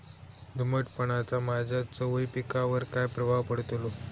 दमटपणाचा माझ्या चवळी पिकावर काय प्रभाव पडतलो?